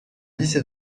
lycée